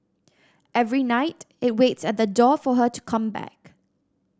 every night it waits at the door for her to come back